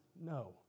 No